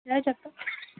reject